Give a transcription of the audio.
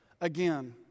Again